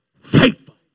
faithful